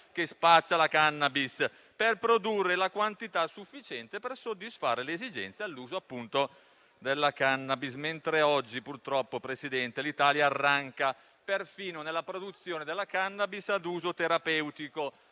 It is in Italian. che spaccia la *cannabis*, per produrne una quantità sufficiente per soddisfare le esigenze di uso personale, mentre oggi, purtroppo, l'Italia arranca perfino nella produzione della *cannabis* ad uso terapeutico,